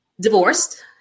divorced